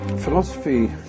philosophy